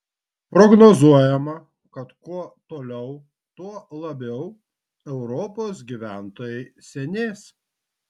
prognozuojama kad kuo toliau tuo labiau europos gyventojai senės